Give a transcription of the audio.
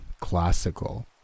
classical